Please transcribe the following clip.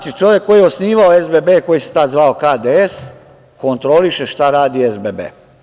Znači, čovek koji je osnivao SBB, koji se tada zvao KDS kontroliše šta radi SBB.